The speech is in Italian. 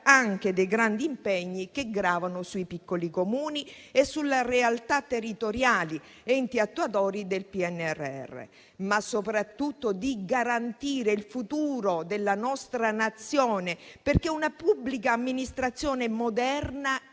anche dei grandi impegni che gravano sui piccoli Comuni e sulle realtà territoriali, enti attuatori del PNRR, ma soprattutto di garantire il futuro della nostra Nazione, considerato che una pubblica amministrazione moderna